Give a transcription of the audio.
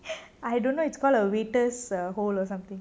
I don't know it's called a waiters hole or something